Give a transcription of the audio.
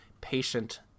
patient